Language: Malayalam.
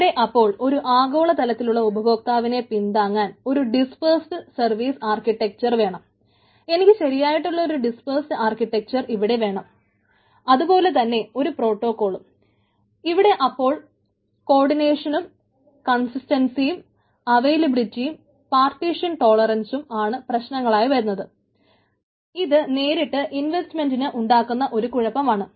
ഇവിടെ അപ്പോൾ ഒരു ആഗോളതലത്തിലുള്ള ഉപഭോക്താവിനെ പിൻതാങ്ങാൻ ഒരു ഡിസ്പേസ്ഡ് സർവീസ് ആർക്കിടെക്ച്ചർ ഉണ്ടാക്കുന്ന ഒരു കുഴപ്പം ആണ്